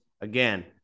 again